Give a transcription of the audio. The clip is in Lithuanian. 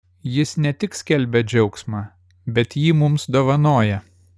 jis ne tik skelbia džiaugsmą bet jį mums dovanoja